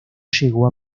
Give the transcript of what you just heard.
llegó